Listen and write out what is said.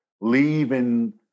Leaving